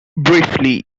briefly